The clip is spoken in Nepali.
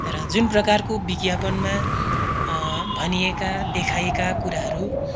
तर जुन प्रकारको विज्ञापनमा भनिएका देखाइएका कुराहरू